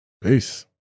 Peace